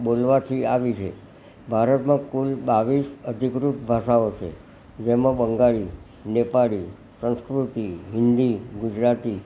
બોલવાથી આવી છે ભારતમાં કુલ બાવીસ અધિકૃત ભાષાઓ છે જેમાં બંગાળી નેપાળી સંસ્કૃત હિન્દી ગુજરાતી